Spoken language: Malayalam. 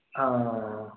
ആണോ